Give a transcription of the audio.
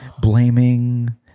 blaming